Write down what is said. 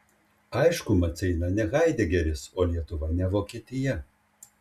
aišku maceina ne haidegeris o lietuva ne vokietija